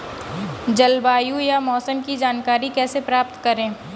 जलवायु या मौसम की जानकारी कैसे प्राप्त करें?